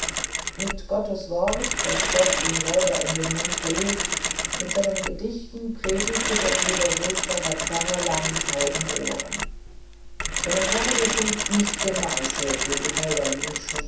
mit gottes wort das gott ihm selber in den mund gelegt mit seinen gedichten predigte der kleversulzbacher pfarrer lange tauben ohren seine verse sind nicht gemeißelt wie die